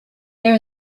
there